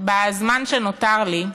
בזמן שנותר לי,